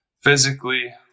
physically